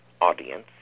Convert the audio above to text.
audience